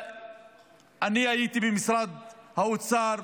אני הייתי במשרד האוצר,